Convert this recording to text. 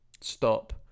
stop